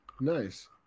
Nice